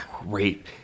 great